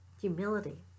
Humility